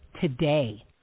today